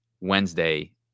Wednesday